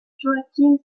joachim